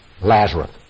Lazarus